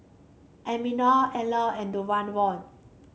Ermina Elana and Donavon